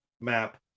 map